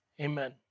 Amen